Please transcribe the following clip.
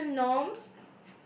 fashion norms